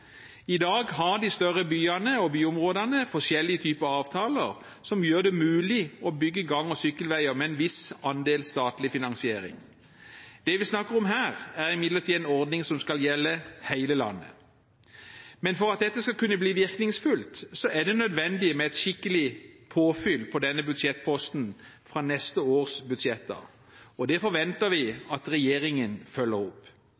I dag har de større byene og byområdene forskjellige typer avtaler som gjør det mulig å bygge gang- og sykkelveier med en viss andel statlig finansiering. Det vi snakker om her, er imidlertid en ordning som skal gjelde hele landet. Men for at dette skal kunne bli virkningsfullt, er det nødvendig med et skikkelig påfyll på denne budsjettposten fra neste års budsjetter. Det forventer vi at regjeringen følger opp.